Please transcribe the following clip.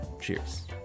Cheers